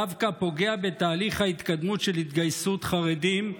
דווקא פוגע בתהליך ההתקדמות של התגייסות חרדים,